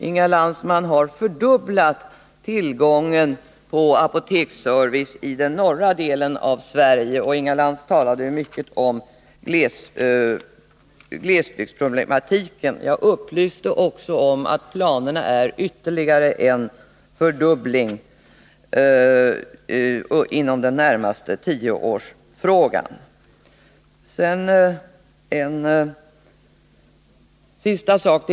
Man har, Inga Lantz, fördubblat tillgången på apoteksservice i den norra delen av Sverige — Inga Lantz talade ju mycket om glesbygdsproblematiken. Jag upplyste också om att planerna går ut på ytterligare en fördubbling inom den närmaste tioårsperioden.